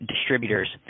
distributors